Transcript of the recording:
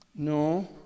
No